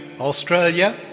Australia